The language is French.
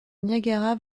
niagara